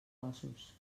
ossos